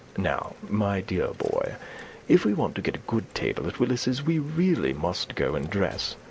now, my dear boy if we want to get a good table at willis's, we really must go and dress.